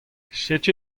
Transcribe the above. setu